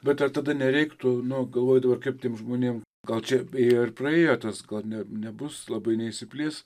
bet ar tada nereiktų nu galvoju dabar kaip tiem žmonėm gal čia ėjo ir praėjo tas gal ne nebus labai neišsiplės